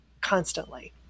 constantly